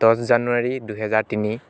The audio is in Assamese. দহ জানুৱাৰী দুহেজাৰ তিনি